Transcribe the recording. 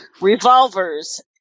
Revolvers